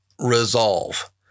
resolve